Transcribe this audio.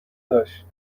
داشت